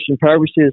purposes